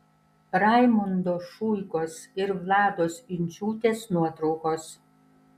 raimundo šuikos ir vlados inčiūtės nuotraukos